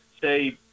say